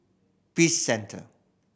Peace Centre